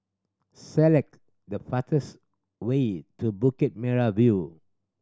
select the fastest way to Bukit Merah View